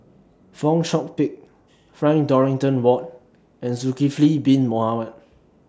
Fong Chong Pik Frank Dorrington Ward and Zulkifli Bin Mohamed